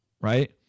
right